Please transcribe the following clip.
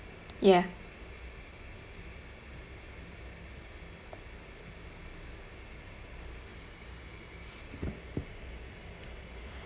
ya